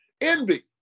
Envy